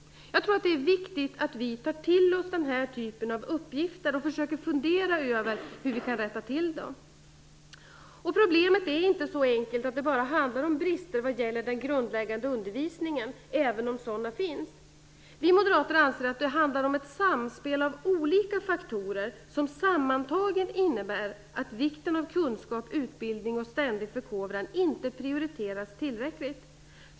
Jag tror att det är viktigt att vi tar till oss den typen av uppgifter och försöker fundera över hur vi kan rätta till detta. Problemet är inte så enkelt att det bara handlar om brister när det gäller den grundläggande undervisningen - även om sådana finns. Vi moderater anser att det handlar om ett samspel mellan olika faktorer som sammantagna innebär att vikten av kunskap, utbildning och ständig förkovran inte prioriteras tillräckligt.